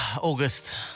August